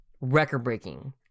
Record-breaking